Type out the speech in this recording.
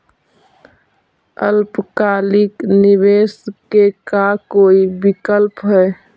अल्पकालिक निवेश के का कोई विकल्प है?